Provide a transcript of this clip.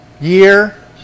Year